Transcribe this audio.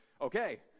okay